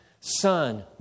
Son